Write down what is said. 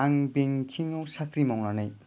आं बेंकिं आव साख्रि मावनानै